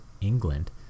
England